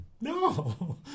No